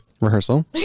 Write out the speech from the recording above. rehearsal